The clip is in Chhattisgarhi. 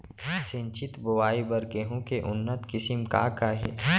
सिंचित बोआई बर गेहूँ के उन्नत किसिम का का हे??